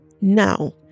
now